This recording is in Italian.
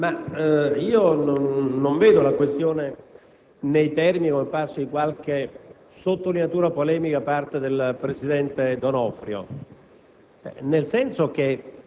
non vedo la questione nei termini espressi, con qualche sottolineatura polemica, da parte del presidente D'Onofrio.